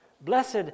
Blessed